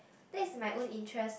that is my own interest